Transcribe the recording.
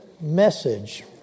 message